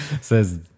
Says